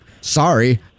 sorry